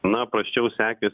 na prasčiau sekės